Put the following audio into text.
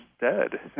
dead